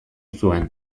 zuen